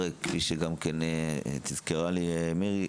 כפי שגם כן תזכרה מירי,